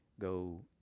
go